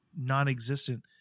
non-existent